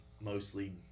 mostly